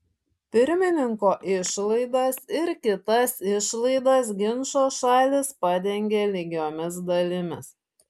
pirmininko išlaidas ir kitas išlaidas ginčo šalys padengia lygiomis dalimis